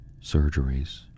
surgeries